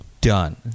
done